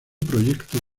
proyecto